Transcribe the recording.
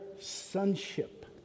sonship